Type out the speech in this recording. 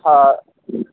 ହଁ